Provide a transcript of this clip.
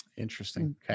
interesting